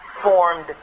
formed